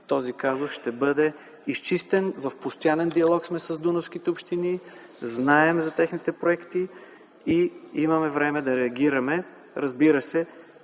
този казус ще бъде изчистен. В постоянен диалог сме с дунавските общини, знаем за техните проекти и имаме време да реагираме. Разбира се,